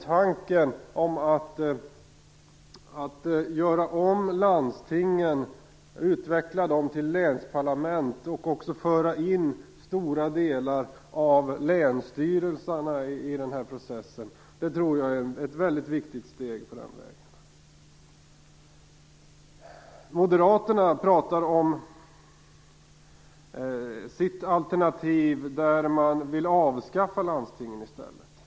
Tanken på att göra om landstingen och utveckla dem till länsparlament och att också föra in stora delar av länsstyrelserna i processen tror jag är ett mycket viktigt steg på den vägen. Moderaterna pratar om sitt alternativ, som är att avskaffa landstingen i stället.